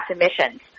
emissions